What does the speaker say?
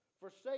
Forsake